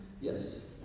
Yes